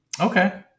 Okay